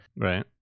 Right